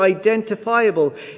identifiable